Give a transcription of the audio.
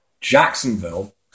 Jacksonville